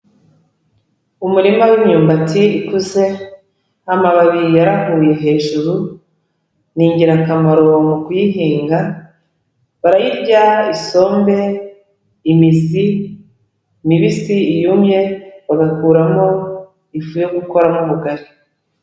Umurima w'imyumbati ikuze, amababi yarabuye hejuru, ni ingirakamaro kuyihinga, barayirya isombe, imizi mibisi iyumye bagakuramo ifu yo gukora ubugari.